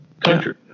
country